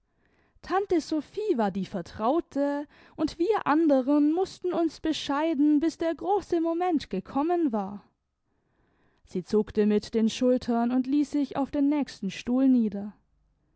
tante sophie war die vertraute und wir anderen mußten uns bescheiden bis der große moment gekommen war sie zuckte mit den schultern und ließ sich auf den nächsten stuhl nieder